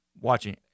watching